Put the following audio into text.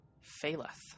faileth